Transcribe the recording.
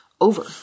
Over